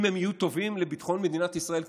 אם הם יהיו טובים לביטחון מדינת ישראל,